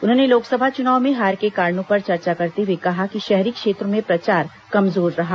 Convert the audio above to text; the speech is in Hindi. उन्होंने लोकसभा चुनाव में हार के कारणों पर चर्चा करते हुए कहा कि शहरी क्षेत्रों में प्रचार कमजोर रहा